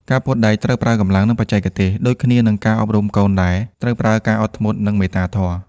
ការពត់ដែកត្រូវប្រើកម្លាំង និងបច្ចេកទេស ដូចគ្នានឹងការអប់រំកូនដែលត្រូវប្រើការអត់ធ្មត់ និងមេត្តាធម៌។